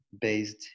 based